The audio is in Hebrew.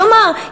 כלומר,